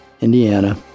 Indiana